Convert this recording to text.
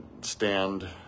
stand